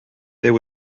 there